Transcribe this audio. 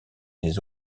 des